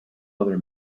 other